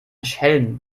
schelm